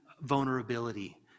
vulnerability